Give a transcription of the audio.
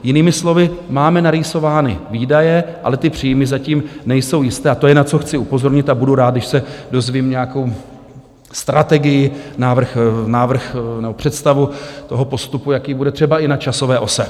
Jinými slovy, máme narýsovány výdaje, ale příjmy zatím nejsou jisté, a to je, na co chci upozornit, a budu rád, když se dozvím nějakou strategii, návrh nebo představu postupu, jaký bude, třeba i na časové ose.